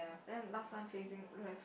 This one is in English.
then last one facing left